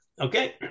Okay